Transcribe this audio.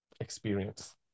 experience